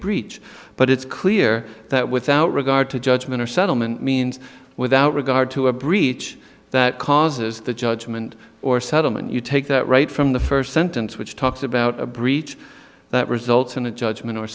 breach but it's clear that without regard to judgment or settlement means without regard to a breach that causes the judgment or settlement you take that right from the first sentence which talks about a breach that results in a judgment or